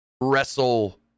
wrestle